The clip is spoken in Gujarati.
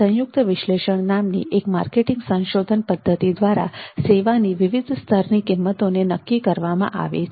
સંયુક્ત વિશ્લેષણ નામની એક માર્કેટિંગ સંશોધન પદ્ધતિ દ્વારા સેવાની વિવિધ સ્તરની કિંમતોને નક્કી કરવામાં આવે છે